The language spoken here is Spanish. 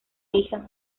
hija